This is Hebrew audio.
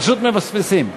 פשוט מפספסים.